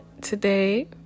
today